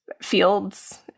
fields